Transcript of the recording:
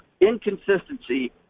inconsistency